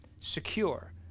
secure